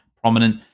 prominent